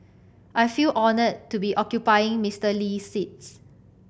I feel honoured to be occupying Mister Lee's seat